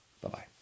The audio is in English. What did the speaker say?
Bye-bye